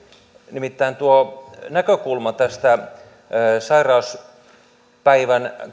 nimittäin tuo näkökulma tähän sairauspäivän